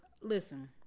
listen